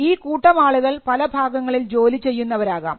ഈ കൂട്ടമാളുകൾ പല ഭാഗങ്ങളിൽ ജോലി ചെയ്യുന്നവരാകാം